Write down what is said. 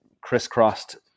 crisscrossed